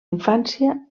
infància